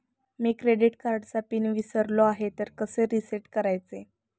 मी credit कार्डचा PIN विसरलो आहे तर कसे रीसेट करायचे?